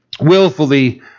Willfully